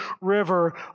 river